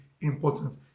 important